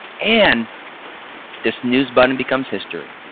and the snooze button becomes history.